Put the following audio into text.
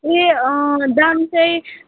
ए दाम चाहिँ